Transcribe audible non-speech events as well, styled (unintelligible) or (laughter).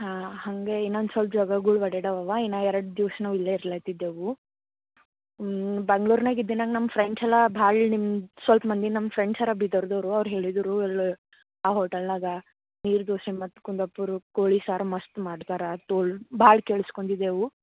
ಹಾಂ ಹಾಗೆ ಇನ್ನೊಂದು ಸಲ್ಪ ಜಾಗಗಳು ಅಡ್ಯಾಡೋವವ ಇನ್ನೂ ಎರಡು ದಿವ್ಸ ನಾವು ಇಲ್ಲೇ ಇರ್ಲತ್ತಿದ್ದೇವೆ ಬೆಂಗ್ಳೂರ್ನಾಗ ಇದ್ದಿನಾಗ ನಮ್ಮ ಫ್ರೆಂಡ್ಸ್ ಎಲ್ಲ ಭಾಳ ನಿಮ್ಮ ಸಲ್ಪ ಮಂದಿ ನಮ್ಮ ಫ್ರೆಂಡ್ಸ್ ಅರ ಬೀದರ್ದವರು ಅವ್ರು ಹೇಳಿದರು (unintelligible) ಆ ಹೋಟೆಲ್ನಾಗ ನೀರು ದೋಸೆ ಮತ್ತು ಕುಂದಾಪುರ ಕೋಳಿ ಸಾರು ಮಸ್ತ್ ಮಾಡ್ತಾರೆ ತೋಲ್ ಭಾಳ ಕೇಳ್ಸ್ಕೊಂಡಿದೇವೆ